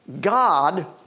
God